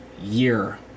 year